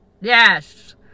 yes